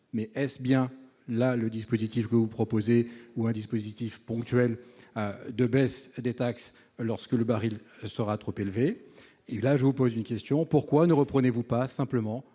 Mais est-ce bien là le dispositif que vous proposez ? Ou bien un dispositif ponctuel de baisse des taxes lorsque le prix du baril sera trop élevé ? Et là, je vous pose une question : pourquoi ne reprenez-vous pas simplement